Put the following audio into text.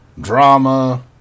drama